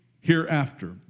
hereafter